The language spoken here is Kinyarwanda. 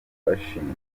bashinzwe